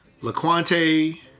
Laquante